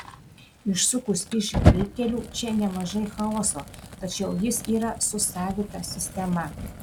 išsukus iš greitkelių čia nemažai chaoso tačiau jis yra su savita sistema